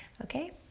okay?